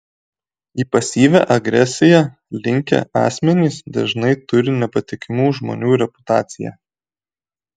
į pasyvią agresiją linkę asmenys dažnai turi nepatikimų žmonių reputaciją